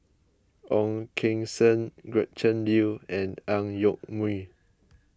Ong Keng Sen Gretchen Liu and Ang Yoke Mooi